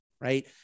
right